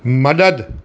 મદદ